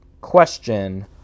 question